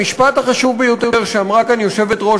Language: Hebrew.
המשפט החשוב ביותר שאמרה כאן יושבת-ראש